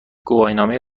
گواهینامه